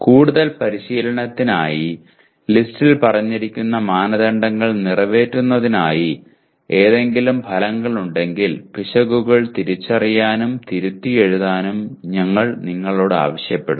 കൂടുതൽ പരിശീലനത്തിനായി ലിസ്റ്റിൽ പറഞ്ഞിരിക്കുന്ന മാനദണ്ഡങ്ങൾ നിറവേറ്റുന്നതിനായി എന്തെങ്കിലും ഫലങ്ങളുണ്ടെങ്കിൽ പിശകുകൾ തിരിച്ചറിയാനും തിരുത്തിയെഴുതാനും ഞങ്ങൾ നിങ്ങളോട് ആവശ്യപ്പെടും